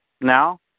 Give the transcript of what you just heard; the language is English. now